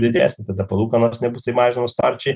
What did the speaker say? didesnė tada palūkanos nebus taip mažinamos sparčiai